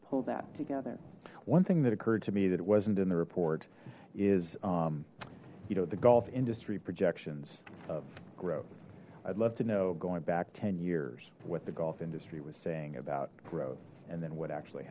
pull that together one thing that occurred to me that it wasn't in the report is you know the golf industry projections of growth i'd love to know going back ten years what the golf industry was saying about growth and then what actually